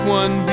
one